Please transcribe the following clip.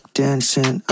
dancing